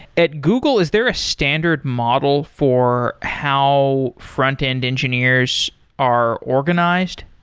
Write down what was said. at google, is there a standard model for how frontend engineers are organized?